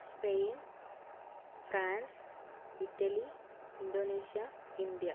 Spain France Italy Indonesia India